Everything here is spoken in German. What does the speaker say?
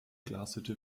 glashütte